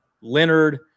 Leonard